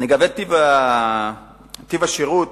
לגבי בדיקת טיב השירות